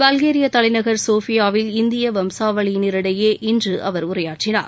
Bulgaria தலைநகர் சோபியாவில் இந்திய வம்சாவளியினரிடையே அவர் இன்று உரையாற்றினார்